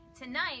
Tonight